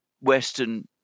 Western